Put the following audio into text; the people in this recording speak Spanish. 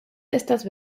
estas